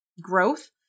growth